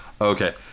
Okay